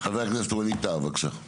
חבר הכנסת ווליד טאהא, בבקשה.